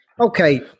Okay